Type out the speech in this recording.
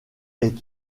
est